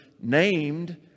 named